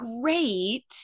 great